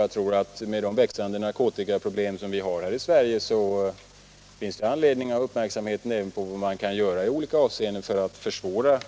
Jag tror att det med det växande narkotikaproblem som vi har fått i Sverige finns all anledning att ha uppmärksamheten riktad på vad som kan göras i olika avseenden för att försvåra, till